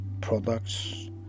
products